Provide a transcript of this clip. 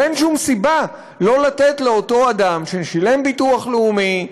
ואין שום סיבה שלא לתת לאותו אדם ששילם ביטוח לאומי,